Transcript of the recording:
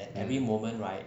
mm